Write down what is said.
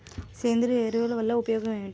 సేంద్రీయ ఎరువుల వల్ల ఉపయోగమేమిటీ?